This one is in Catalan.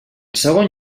segon